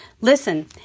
Listen